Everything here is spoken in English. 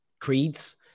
creeds